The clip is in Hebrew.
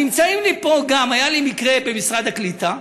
נמצאים לי פה גם, היה לי מקרה במשרד הקליטה,